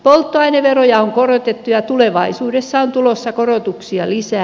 polttoaineveroja on korotettu ja tulevaisuudessa on tulossa korotuksia lisää